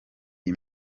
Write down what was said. iyi